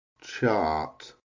chart